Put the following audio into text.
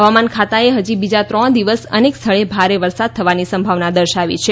હવામાન ખાતાએ હજી બીજા ત્રણ દિવસ અનેક સ્થળે ભારે વરસાદ થવાની સંભાવના દર્શાવી છે